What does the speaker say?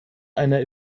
einer